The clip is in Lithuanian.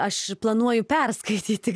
aš planuoju perskaityti